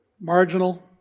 marginal